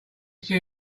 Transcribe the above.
seen